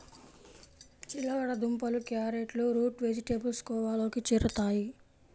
చిలకడ దుంపలు, క్యారెట్లు రూట్ వెజిటేబుల్స్ కోవలోకి చేరుతాయి